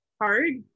hard